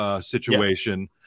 situation